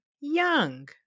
Young